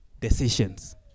decisions